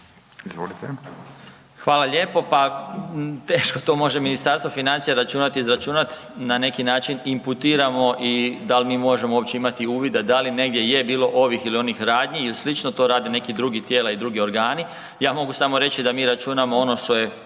Hvala lijepo. Pa teško to može Ministarstvo financija računati i izračunati, na neki način imputiramo i da li mi možemo uopće imati uvida da li negdje je bilo ovih ili onih radnji i sl., to radi neki drugi tijela i drugi organi. Ja mogu samo reći da mi računamo ono što je